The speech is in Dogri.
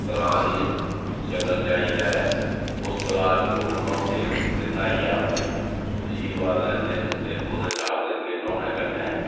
तलाऽ दी शक्ल च आई गेदा ऐ उस तलाऽ च लोक न्हौंदे न ते न्हाइयै अपने आर्शीवाद लैंदे न ते ओह्दे च आखदे न कि न्हौने कन्नै